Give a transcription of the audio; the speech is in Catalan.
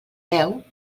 beu